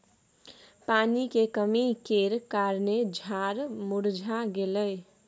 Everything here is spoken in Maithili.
पानी के कमी केर कारणेँ झाड़ मुरझा गेलै